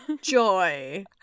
joy